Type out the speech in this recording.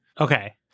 Okay